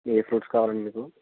ఏ fruits కావాలండి మీకు